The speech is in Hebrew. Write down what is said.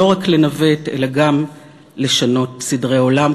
לא רק לנווט אלא גם לשנות סדרי עולם,